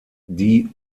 die